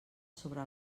sobre